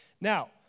Now